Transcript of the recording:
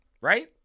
right